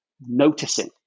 noticing